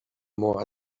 more